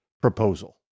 proposal